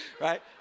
right